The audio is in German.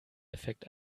effekt